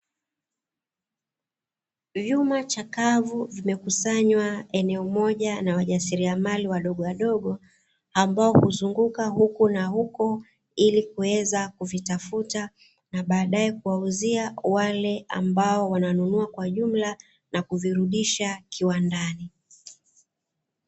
Vyuma chakavu vimekusanywa eneo moja na wajasiriamali wadogo wadogo ambao huzunguka huku na huko, ili kuweza kuvitafuta na baadaye kuwauzia wale ambao wananunua kwa jumla na kuvirudisha kiwandani.